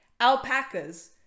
alpacas